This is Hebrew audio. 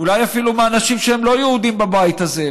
אולי אפילו מאנשים שהם לא יהודים בבית הזה,